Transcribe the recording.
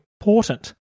important